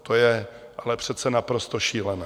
To je ale přece naprosto šílené.